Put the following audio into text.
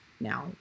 now